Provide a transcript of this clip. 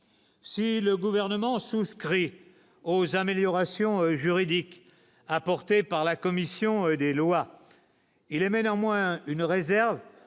si le gouvernement sous. Inscrits aux améliorations juridiques apportées par la commission des lois, il émet néanmoins une réserve